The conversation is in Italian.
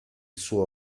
suo